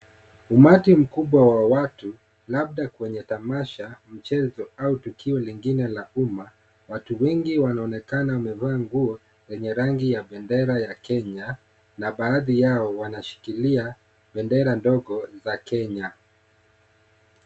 Umati mkubwa wa watu labda kwenye tamasha mchezo au tukio lingine la umma, watu wengi wanaonekana wamevaa nguo yenye rangi ya bendera ya Kenya na badhi yao wanashikilia bendera ndogo za Kenya.